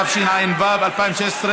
התשע"ו 2016,